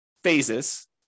phases